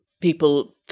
people